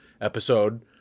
episode